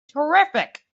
terrific